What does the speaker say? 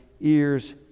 ears